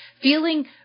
feeling